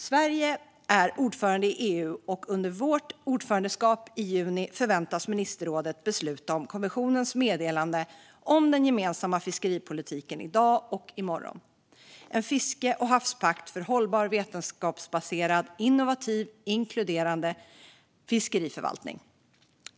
Sverige är ordförande i EU, och under vårt ordförandeskap förväntas ministerrådet i juni besluta om kommissionens meddelande om den gemensamma fiskeripolitiken i dag och i morgon. Det är en fiske och havspakt för hållbar, vetenskapsbaserad, innovativ och inkluderande fiskeriförvaltning.